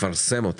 תפרסם את